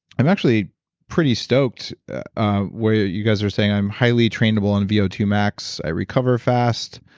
i'm actually pretty stoked ah where you guys are saying i'm highly trainable on v o two max, i recover fast,